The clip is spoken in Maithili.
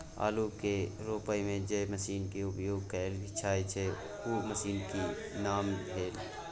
आलू के रोपय में जे मसीन के उपयोग कैल जाय छै उ मसीन के की नाम भेल?